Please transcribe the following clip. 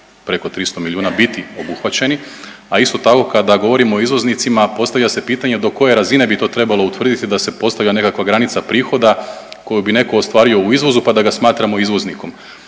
preko 300 milijuna biti obuhvaćeni, a isto tako kada govorimo o izvoznicima postavlja se pitanje do koje razine bi to trebalo utvrditi da se postavlja nekakva granica prihoda koju bi netko ostvario u izvozu, pa da ga smatramo izvoznikom